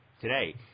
today